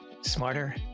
smarter